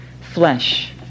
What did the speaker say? flesh